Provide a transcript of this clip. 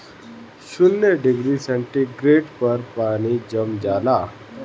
शून्य degree centigrade पर पानी जम जाला